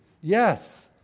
Yes